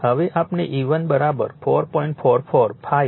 હવે આપણે E1 4